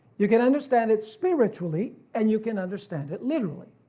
you can understand it spiritually and you can understand it literally.